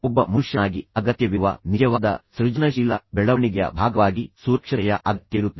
ಒಬ್ಬ ಮನುಷ್ಯನಾಗಿ ನಿಮಗೆ ಅಗತ್ಯವಿರುವ ನಿಜವಾದ ಸೃಜನಶೀಲ ಬೆಳವಣಿಗೆಯ ಭಾಗವಾಗಿ ನಿಮ್ಮ ಸುರಕ್ಷತೆಯ ಅಗತ್ಯವಿರುತ್ತದೆ